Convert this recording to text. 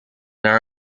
naar